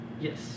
Yes